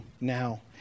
now